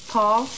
Paul